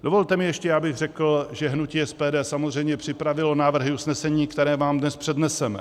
Dovolte mi ještě, abych řekl, že hnutí SPD samozřejmě připravilo návrhy usnesení, které vám dnes předneseme.